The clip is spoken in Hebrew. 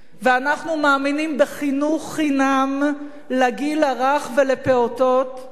ואנחנו מאמינים בחינוך חינם לגיל הרך ולפעוטות,